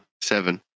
Seven